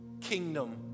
kingdom